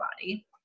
body